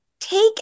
take